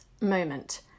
moment